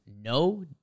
no